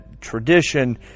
tradition